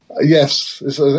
Yes